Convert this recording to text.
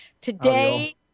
Today